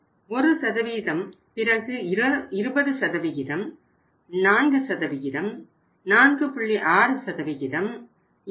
1 பிறகு 20 4 4